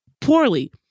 poorly